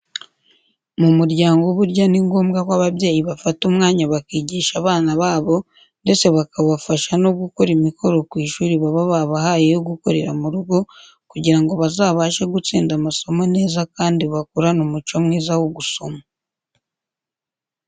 Mu muryango burya ni ngombwa ko ababyeyi bafata umwanya bakigisha abana babo, ndetse bakabafasha no gukora imikoro ku ishuri baba babahaye yo gukorera mu rugo, kugira ngo bazabashe gutsinda amasomo neza kandi bakurane umuco mwiza wo gusoma.